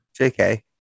JK